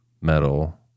Metal